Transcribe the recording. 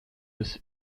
des